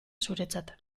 zuretzat